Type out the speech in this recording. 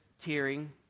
tearing